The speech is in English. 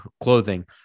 clothing